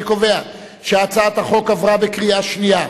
אני קובע שהצעת החוק עברה בקריאה שנייה.